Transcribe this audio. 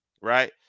right